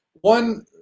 one